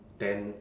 then